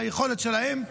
היכולת שלהן,